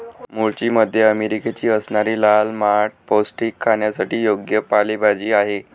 मूळची मध्य अमेरिकेची असणारी लाल माठ पौष्टिक, खाण्यासाठी योग्य पालेभाजी आहे